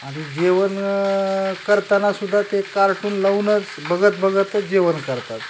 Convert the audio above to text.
आणि जेवण करताना सुद्धा ते कार्टून लावूनच बघत बघतच जेवण करतात